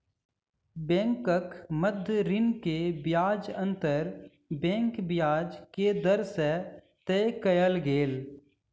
बैंकक मध्य ऋण के ब्याज अंतर बैंक ब्याज के दर से तय कयल गेल